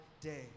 day